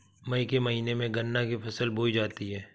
मई के महीने में गन्ना की फसल बोई जाती है